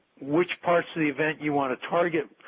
which parts of the event you want to target,